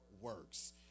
works